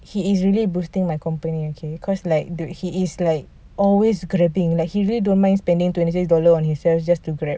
he's already boosting my company okay cause like dude he is like always grabbing like he really don't mind spending twenty six dollar on himself just to grab